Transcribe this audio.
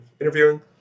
interviewing